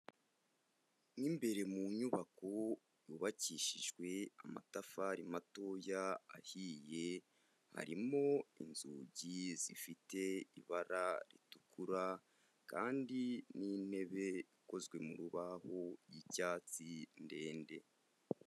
Mo imbere mu nyubako yubakishijwe amatafari matoya ahiye, harimo inzugi zifite ibara ritukura kandi n'intebe ikozwe mu rubaho y'icyatsi ndende.